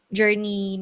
journey